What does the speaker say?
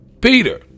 Peter